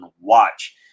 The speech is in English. watch